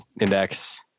Index